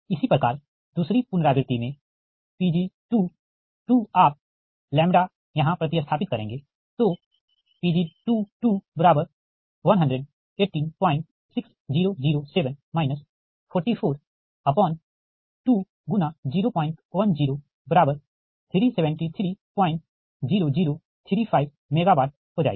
इसी प्रकार दूसरी पुनरावृति में Pg2 आप यहाँ प्रति स्थापित करेंगें तोPg21186007 442×0103730035 MWहो जाएगी